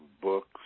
books